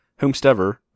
whomstever